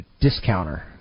discounter